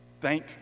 thank